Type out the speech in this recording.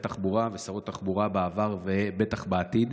תחבורה ושרות תחבורה בעבר ובטח בעתיד.